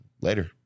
Later